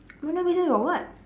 buona-vista got what